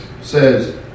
says